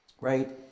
right